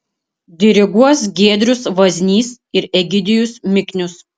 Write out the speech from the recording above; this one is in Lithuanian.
diriguos giedrius vaznys ir egidijus miknius